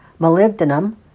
molybdenum